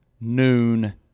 noon